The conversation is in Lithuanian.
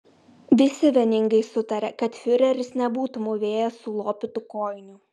visi vieningai sutarė kad fiureris nebūtų mūvėjęs sulopytų kojinių